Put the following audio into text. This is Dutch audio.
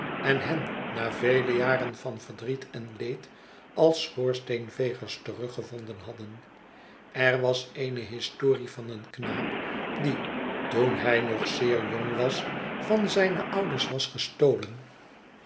en hen na vele jaren van verdriet en leed als schoorsteenvegers teruggevonden hadden er was eene historie van een knaap die toen hij nog zeer jong was van zijne ouders was gestolen